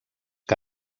que